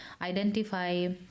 identify